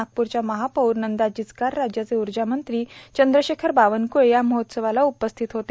नागपूरच्या महापौर नंदा जिचकार राज्याचे ऊर्जामंत्री चंद्रशेखर बावनक्ळे या महोत्सवाला उपस्थित होते